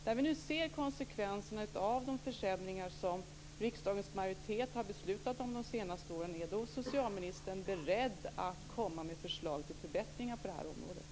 När vi nu ser konsekvenserna av de försämringar som riksdagens majoritet har beslutat om de senaste åren, är då socialministern beredd att komma med förslag till förbättringar på det här området?